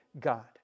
God